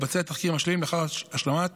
יתבצע תחקיר משלים לאחר השלמת